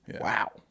Wow